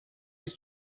his